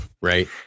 Right